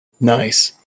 Nice